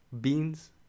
beans